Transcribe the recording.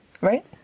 Right